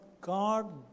God